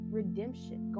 redemption